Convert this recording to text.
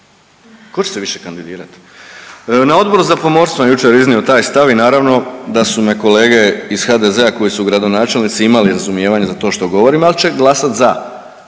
Tko će se više kandidirati? Na Odbor za pomorstvo sam jučer iznio taj stav i naravno da su me kolege iz HDZ-a koji su gradonačelnici imali razumijevanja za to što govorim, ali će glasati za,